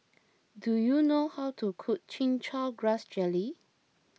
do you know how to cook Chin Chow Grass Jelly